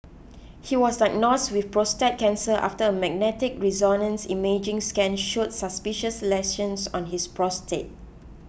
he was diagnosed with prostate cancer after a magnetic resonance imaging scan showed suspicious lesions on his prostate